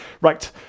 Right